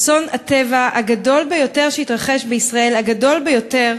אסון הטבע הגדול ביותר שהתרחש בישראל, הגדול ביותר